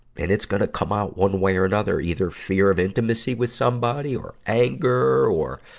and it's gonna come out one way or another, either fear of intimacy with somebody or anger or,